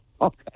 okay